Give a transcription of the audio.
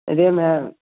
RAM है